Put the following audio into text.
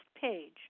page